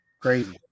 Crazy